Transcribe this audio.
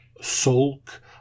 sulk